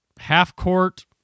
half-court